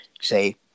say